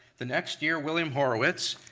the next year, william horowitz,